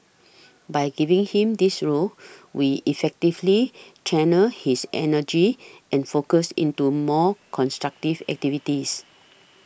by giving him this role we effectively channelled his energy and focus into more constructive activities